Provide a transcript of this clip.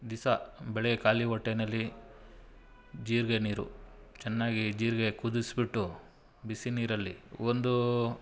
ದಿಸ ಬೆಳಗ್ಗೆ ಖಾಲಿ ಹೊಟ್ಟೇನಲ್ಲಿ ಜೀರಿಗೆ ನೀರು ಚೆನ್ನಾಗಿ ಜೀರಿಗೆ ಕುದಿಸಿಬಿಟ್ಟು ಬಿಸಿನೀರಲ್ಲಿ ಒಂದು